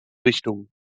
richtungen